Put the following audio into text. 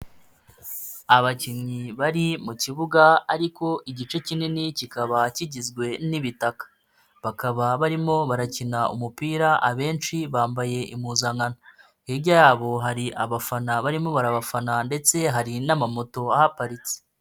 Abakinnyi bari mu kibuga ariko igice kinini kikaba kigizwe n'ibitaka. Bakaba barimo barakina umupira, abenshi bambaye impuzankano. Hirya yabo hari abafana barimo barabafana ndetse hari n'amamoto ahaparitse.